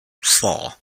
four